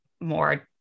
more